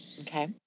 Okay